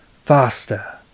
Faster